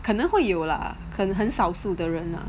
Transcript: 可能会有 lah 很少数的人 lah